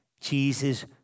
Jesus